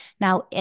Now